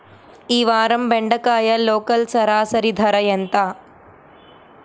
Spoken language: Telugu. ఈ వారం బెండకాయ లోకల్ సరాసరి ధర ఎంత?